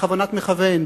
בכוונת מכוון,